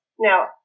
Now